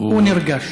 הוא נרגש.